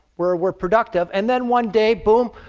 where we're productive. and then one day, boom,